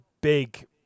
big